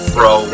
Bro